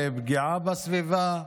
לפגיעה בסביבה.